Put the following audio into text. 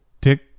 dick